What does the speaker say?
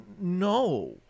no